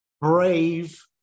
brave